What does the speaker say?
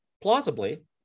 Plausibly